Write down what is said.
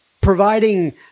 providing